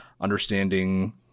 understanding